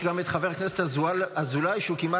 חברת הכנסת אימאן